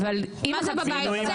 מה זה בבית?